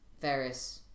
various